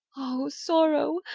o sorrow!